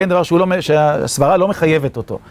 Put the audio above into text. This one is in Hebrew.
כן, דבר שהסברה לא מחייבת אותו.